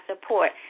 support